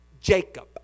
Jacob